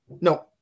No